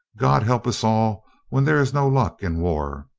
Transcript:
god help us all when there is no luck in war.